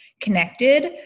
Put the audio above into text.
connected